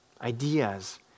ideas